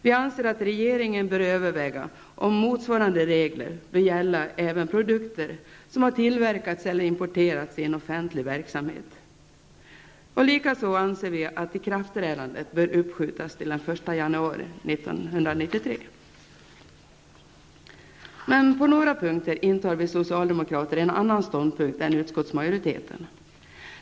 Vi anser att regeringen bör överväga om motsvarande regler bör gälla även produkter som har tillverkats eller importerats i en offentlig verksamhet. Likaså anser vi att ikraftträdandet bör uppskjutas till den 1 På några punkter intar vi socialdemokrater en annan ståndpunkt än utskottsmajoriteten.